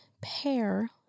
pair